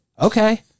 Okay